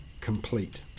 complete